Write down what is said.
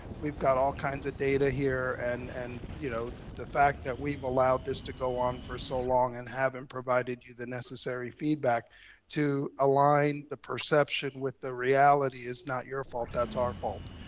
we've got all kinds of data here and and you know, the the fact that we've allowed this to go on for so long and haven't provided you the necessary feedback to align the perception with the reality is not your fault, that's our fault.